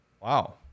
wow